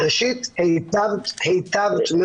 ראשית היטבת מאוד,